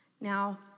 Now